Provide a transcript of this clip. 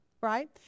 right